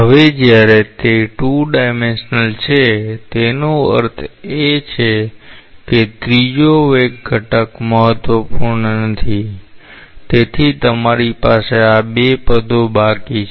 હવે જ્યારે તે 2 ડાયમેન્શ્યલ છે તેનો અર્થ એ કે ત્રીજો વેગ ઘટક મહત્વપૂર્ણ નથી તેથી તમારી પાસે આ 2 પદો બાકી છે